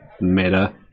meta